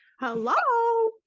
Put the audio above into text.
Hello